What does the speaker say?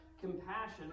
compassion